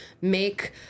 make